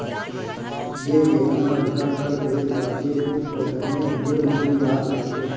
जे जेतना अधिका कर देत बाटे उ ओतने अमीर मानल जात बाटे